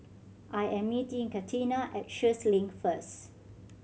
I am meeting Catina at Sheares Link first